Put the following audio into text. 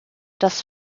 das